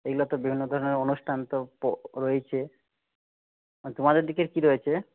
এইগুলো তো বিভিন্ন ধরনের নতুন অনুষ্ঠান তো রয়েইছে তোমাদের দিকের কী রয়েছে